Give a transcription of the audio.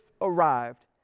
arrived